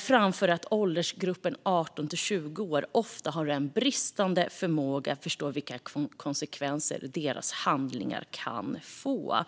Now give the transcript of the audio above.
framför att unga i åldern 18-20 år ofta har en bristande förmåga att förstå vilka konsekvenser deras handlande kan få.